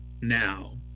now